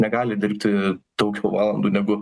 negali dirbti daugiau valandų negu